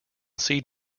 seed